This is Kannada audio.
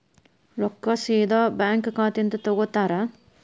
ರೊಕ್ಕಾ ಸೇದಾ ಬ್ಯಾಂಕ್ ಖಾತೆಯಿಂದ ತಗೋತಾರಾ?